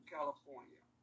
California